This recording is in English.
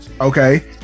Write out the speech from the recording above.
Okay